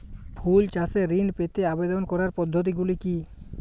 ফুল চাষে ঋণ পেতে আবেদন করার পদ্ধতিগুলি কী?